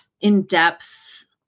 in-depth